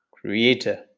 Creator